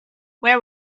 where